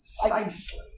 precisely